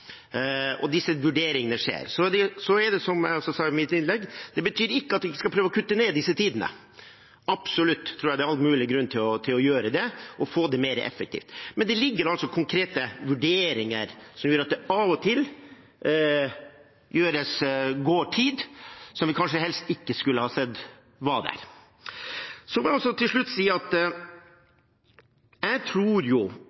og disse vurderingene skjer. Men det betyr ikke, som jeg også sa i mitt innlegg, at vi ikke skal prøve å kutte ned disse tidene. Jeg tror absolutt det er all mulig grunn til å gjøre det, å få det mer effektivt, men det ligger altså noen konkrete vurderinger som gjør at det av og til går tid som vi kanskje helst skulle sett ikke gikk med. Så må jeg til slutt si at